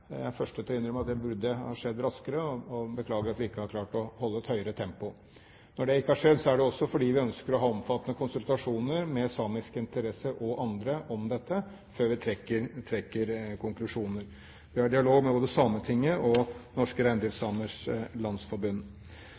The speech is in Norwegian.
Jeg er den første til å innrømme at det burde ha skjedd raskere, og beklager at vi ikke har klart å holde et høyere tempo. Når det ikke har skjedd, er det også fordi vi ønsker å ha omfattende konsultasjoner med samiske interesser og andre om dette før vi trekker konklusjoner. Vi har dialog både med Sametinget og Norske Reindriftssamers Landsforbund.